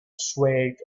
swayed